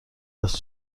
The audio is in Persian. است